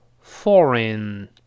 foreign